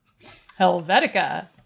Helvetica